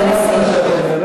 גנבה של כבשה,